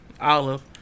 Olive